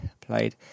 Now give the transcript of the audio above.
played